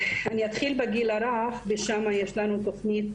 אני אתחיל בגיל הרך ושם יש לנו תכנית